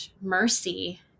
mercy